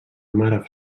mare